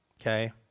Okay